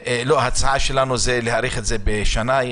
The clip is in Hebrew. ההצעה שלנו היא להאריך את זה בשנה.